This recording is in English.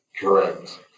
Correct